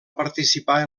participar